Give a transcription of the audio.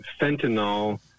fentanyl